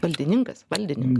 valdininkas valdininkas